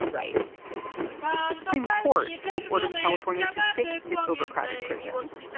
right the supreme court has ordered california to fix its overcrowded prisons.